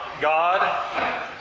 God